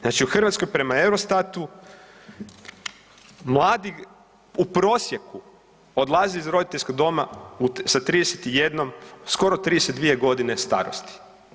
Znači u Hrvatskoj prema EUROSTAT-u mladi u prosjeku odlaze iz roditeljskog doma sa 31 skoro 32 godine starosti.